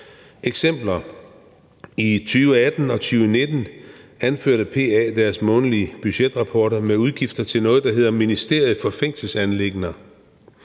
i 2018 og 2019 i deres månedlige budgetrapporter udgifter til noget, der hedder ministeriet for fængselsanliggender,